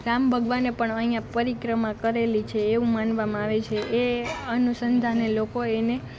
રામ ભગવાને પણ અહીંયા પરિક્રમા કરેલી છે એવું માનવામાં આવે છે એ અનુસંધાને લોકો એને